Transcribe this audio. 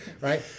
right